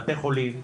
בתי חולים,